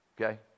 okay